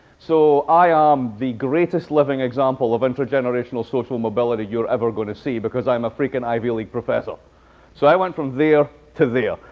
so i am um the greatest living example of inter-generational social mobility you're ever going to see, because i'm a freaking ivy league professor so i went from there to there.